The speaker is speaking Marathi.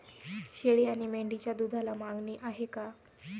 शेळी आणि मेंढीच्या दूधाला मागणी आहे का?